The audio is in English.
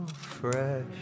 fresh